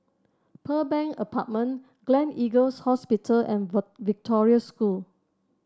Pearl Bank Apartment Gleneagles Hospital and Victoria School